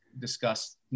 discuss